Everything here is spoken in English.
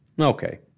Okay